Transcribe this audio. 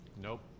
Nope